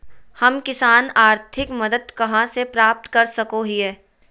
हम किसान आर्थिक मदत कहा से प्राप्त कर सको हियय?